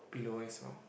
ass lor